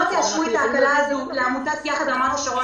את ההקלה הזאת לעמותת יחד רמת השרון,